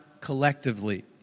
collectively